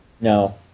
No